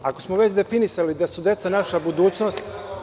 Ako smo već definisali da su deca naša budućnost.